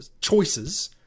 choices